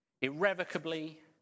irrevocably